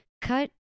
cut